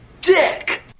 dick